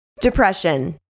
Depression